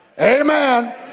Amen